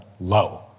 low